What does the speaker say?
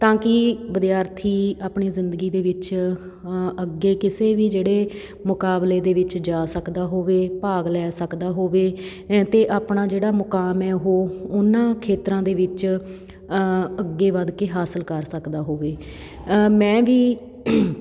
ਤਾਂ ਕਿ ਵਿਦਿਆਰਥੀ ਆਪਣੀ ਜ਼ਿੰਦਗੀ ਦੇ ਵਿੱਚ ਅੱਗੇ ਕਿਸੇ ਵੀ ਜਿਹੜੇ ਮੁਕਾਬਲੇ ਦੇ ਵਿੱਚ ਜਾ ਸਕਦਾ ਹੋਵੇ ਭਾਗ ਲੈ ਸਕਦਾ ਹੋਵੇ ਅਤੇ ਆਪਣਾ ਜਿਹੜਾ ਮੁਕਾਮ ਹੈ ਉਹ ਉਹਨਾਂ ਖੇਤਰਾਂ ਦੇ ਵਿੱਚ ਅੱਗੇ ਵੱਧ ਕੇ ਹਾਸਲ ਕਰ ਸਕਦਾ ਹੋਵੇ ਮੈਂ ਵੀ